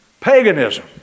Paganism